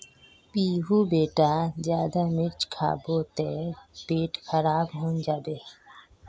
पीहू बेटा ज्यादा मिर्च खाबो ते पेट खराब हों जाबे